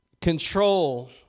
control